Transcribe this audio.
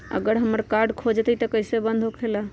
अगर हमर कार्ड खो जाई त इ कईसे बंद होकेला?